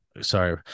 sorry